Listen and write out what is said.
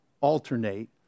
alternate